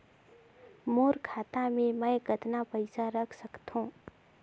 मोर खाता मे मै कतना पइसा रख सख्तो?